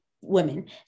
women